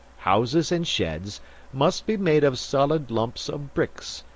houses and sheds must be made of solid lumps of bricks,